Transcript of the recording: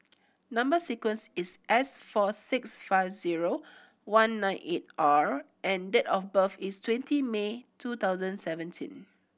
number sequence is S four six five zero one nine eight R and date of birth is twenty May two thousand seventeen